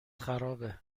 خرابه